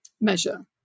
measure